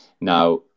Now